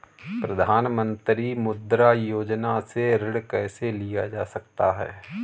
प्रधानमंत्री मुद्रा योजना से ऋण कैसे लिया जा सकता है?